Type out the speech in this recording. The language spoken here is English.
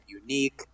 unique